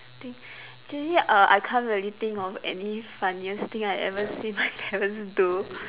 do do you uh I can't really think of any funniest thing I ever seen my parents do